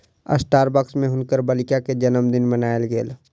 Starbucks में हुनकर बालिका के जनमदिन मनायल गेल